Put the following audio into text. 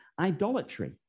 idolatry